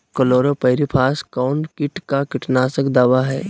Chlorpyrifos कौन किट का कीटनाशक दवा है?